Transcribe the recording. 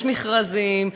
יש מכרזים,